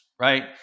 right